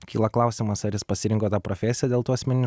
kyla klausimas ar jis pasirinko tą profesiją dėl tų asmeninių